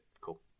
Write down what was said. Cool